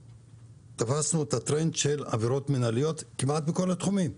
תפסנו את הטרנד של עבירות מינהליות כמעט בכל התחומים.